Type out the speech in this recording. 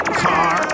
car